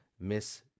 Miss